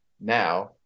now